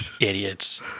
Idiots